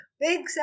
big